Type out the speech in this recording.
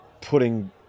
putting